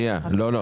לא.